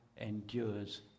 endures